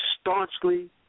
staunchly